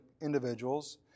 individuals